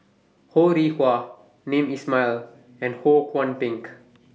Ho Rih Hwa Hamed Ismail and Ho Kwon Ping